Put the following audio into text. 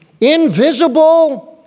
Invisible